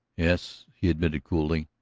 yes, he admitted coolly.